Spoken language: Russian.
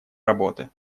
работы